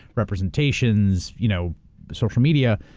representations, you know social media,